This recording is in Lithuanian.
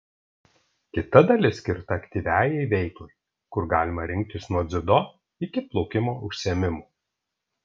kita dalis skirta aktyviajai veiklai kur galima rinktis nuo dziudo iki plaukimo užsiėmimų